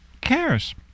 cares